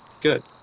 good